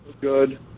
good